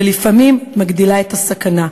ולפעמים מגדילה את הסכנה.